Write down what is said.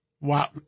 Wow